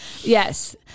Yes